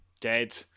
dead